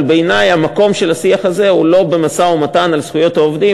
אבל בעיני המקום של השיח הזה הוא לא במשא-ומתן על זכויות העובדים